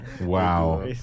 Wow